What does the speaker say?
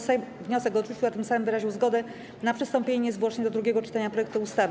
Sejm wniosek odrzucił, a tym samym wyraził zgodę na przystąpienie niezwłocznie do drugiego czytania projektu ustawy.